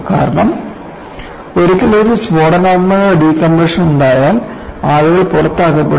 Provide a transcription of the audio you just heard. കാരണം ഒരിക്കൽ ഒരു സ്ഫോടനാത്മക ഡികംപ്രഷൻ ഉണ്ടായാൽ ആളുകൾ പുറത്താക്കപ്പെടും